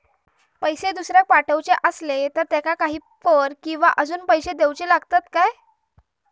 पैशे दुसऱ्याक पाठवूचे आसले तर त्याका काही कर किवा अजून पैशे देऊचे लागतत काय?